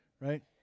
right